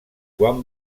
quan